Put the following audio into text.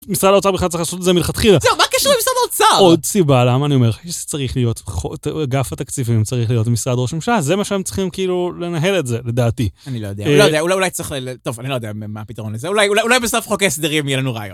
משרד האוצר בכלל צריך לעשות את זה מלכתחילה. זהו, מה הקשר למשרד האוצר? עוד סיבה, למה אני אומר? זה צריך להיות גף התקציבים, צריך להיות משרד ראש הממשלה, זה מה שהם צריכים כאילו לנהל את זה, לדעתי. אני לא יודע, אולי צריך ל... טוב, אני לא יודע מה הפתרון לזה. אולי בסוף חוק ההסדרים יהיה לנו רעיון.